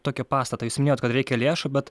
tokį pastatą jūs minėjot kad reikia lėšų bet